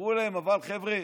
אמרו להם: חבר'ה,